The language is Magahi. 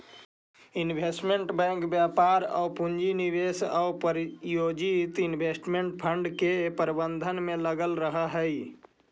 इन्वेस्टमेंट बैंक व्यापार आउ पूंजी निवेश आउ प्रायोजित इन्वेस्टमेंट फंड के प्रबंधन में लगल रहऽ हइ